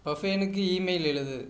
பஃபேனுக்கு email எழுது